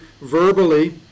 verbally